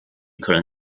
可能